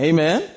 Amen